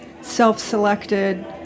self-selected